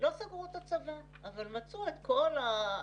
לא סגרו את הצבא אבל מצאו את כל ההגנות,